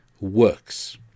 works